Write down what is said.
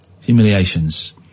humiliations